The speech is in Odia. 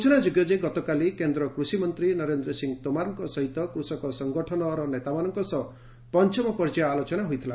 ସୂଚନାଯୋଗ୍ୟ ଗତକାଲି କେନ୍ଦ୍ର କୃଷିମନ୍ତ୍ରୀ ନରେନ୍ଦ୍ର ସିଂ ତୋମାରଙ୍କ ସହିତ କୃଷକ ସଙ୍ଗଠନ ନେତାମାନଙ୍କ ସହ ପଞ୍ଚମ ପର୍ଯ୍ୟାୟ ଆଲୋଚନା ହୋଇଥିଲା